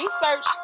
research